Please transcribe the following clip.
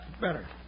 better